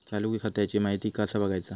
चालू खात्याची माहिती कसा बगायचा?